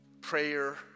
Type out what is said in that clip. prayer